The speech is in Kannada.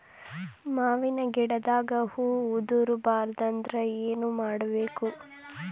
ಮಾವಿನ ಗಿಡದಾಗ ಹೂವು ಉದುರು ಬಾರದಂದ್ರ ಏನು ಮಾಡಬೇಕು?